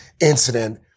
incident